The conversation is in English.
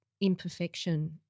imperfection